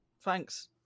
thanks